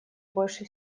больше